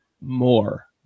more